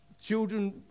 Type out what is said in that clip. children